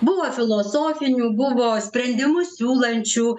buvo filosofinių buvo sprendimus siūlančių